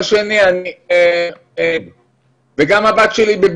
אני די בהתנדבות נמצא בבידוד.